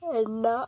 എണ്ണ